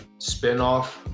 spinoff